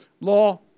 law